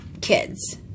kids